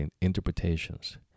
interpretations